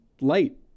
light